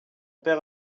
père